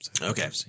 Okay